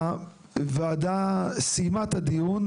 הוועדה סיימה את הדיון.